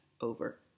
over